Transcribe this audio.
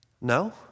no